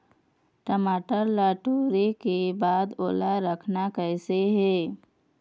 टमाटर ला टोरे के बाद ओला रखना कइसे हे?